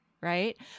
Right